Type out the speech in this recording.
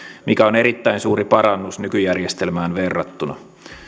mikä on erittäin suuri parannus nykyjärjestelmään verrattuna